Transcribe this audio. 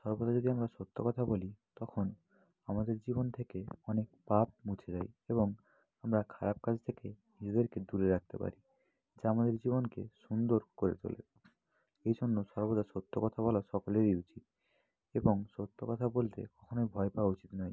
সর্বদা যদি আমরা সত্য কথা বলি তখন আমাদের জীবন থেকে অনেক পাপ মুছে যায় এবং আমরা খারাপ কাজ থেকে নিজেদেরকে দূরে রাখতে পারি যা আমাদের জীবনকে সুন্দর করে তোলে এই জন্য সর্বদা সত্য কথা বলা সকলেরই উচিত এবং সত্য কথা বলতে কখনোই ভয় পাওয়া উচিত নয়